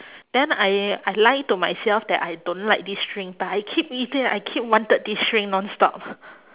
then I I lie to myself that I don't like this drink but I keep eating I keep wanted this drink nonstop